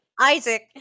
Isaac